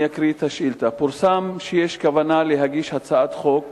אני אקרא את השאילתא: פורסם שיש כוונה להגיש הצעת חוק